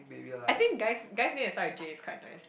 I think guys guys name that start with J is quite nice